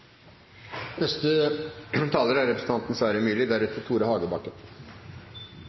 Neste taler er representanten